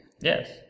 Yes